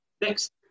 Next